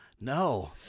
No